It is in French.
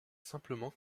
simplement